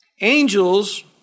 Angels